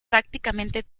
prácticamente